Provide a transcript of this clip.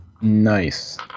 Nice